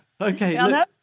Okay